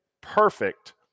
perfect